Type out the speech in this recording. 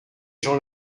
gens